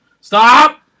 Stop